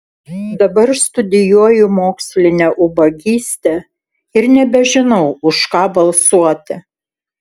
dabar studijuoju mokslinę ubagystę ir nebežinau už ką balsuoti